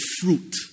fruit